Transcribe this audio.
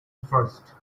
first